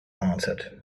answered